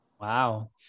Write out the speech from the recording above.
Wow